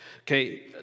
okay